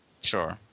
Sure